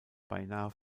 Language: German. beinahe